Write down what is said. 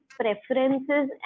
preferences